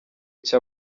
cya